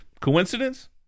Coincidence